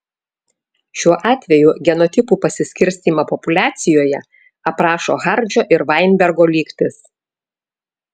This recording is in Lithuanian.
šiuo atveju genotipų pasiskirstymą populiacijoje aprašo hardžio ir vainbergo lygtis